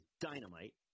dynamite